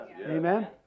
Amen